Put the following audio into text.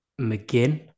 McGinn